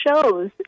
shows